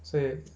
所以